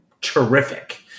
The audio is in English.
Terrific